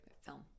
film